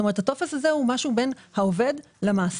הטופס הזה הוא משהו בין העובד למעסיק.